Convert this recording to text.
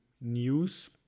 news